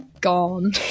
Gone